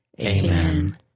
Amen